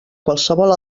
qualsevol